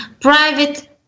private